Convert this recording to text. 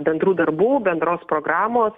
bendrų darbų bendros programos